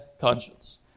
conscience